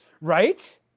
Right